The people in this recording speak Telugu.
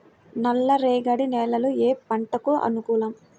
నల్ల రేగడి నేలలు ఏ పంటకు అనుకూలం?